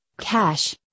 cash